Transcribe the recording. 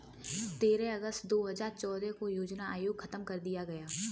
तेरह अगस्त दो हजार चौदह को योजना आयोग खत्म कर दिया गया